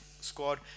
squad